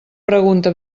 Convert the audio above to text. pregunta